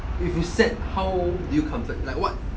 if you sad how you comfort like what